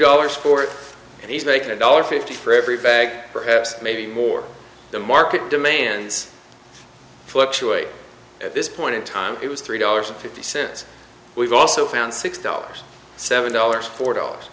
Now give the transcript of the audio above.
dollars for it and he's making a dollar fifty for every bag perhaps maybe more the market demands fluctuate at this point in time it was three dollars and fifty cents we've also found six dollars seven dollars four dollars